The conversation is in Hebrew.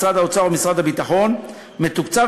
משרד האוצר ומשרד הביטחון הוא מתוקצב